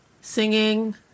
Singing